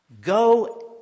Go